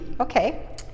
Okay